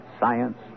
science